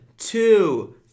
Two